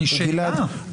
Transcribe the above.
שאלה.